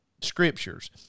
scriptures